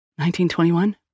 1921